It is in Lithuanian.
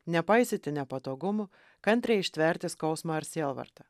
nepaisyti nepatogumų kantriai ištverti skausmą ar sielvartą